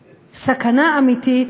בקיעים, הוא יוצר סכנה אמיתית,